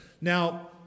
Now